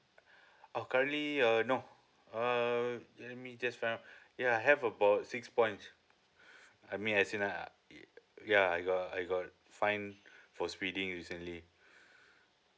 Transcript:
oh currently uh no err let me just find out ya I have about six points I mean as in uh it ya I got I got fined for speeding recently